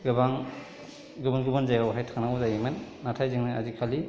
गोबां गोबां गोबां जायगायावहाय थांनांगौ जायोमोन नाथाय जोङो आजिखालि